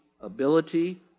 ability